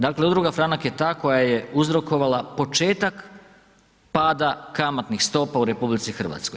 Dakle, udruga Franak je ta koja je uzrokovala početak pada kamatnih stopa u RH.